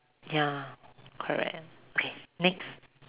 ya correct okay next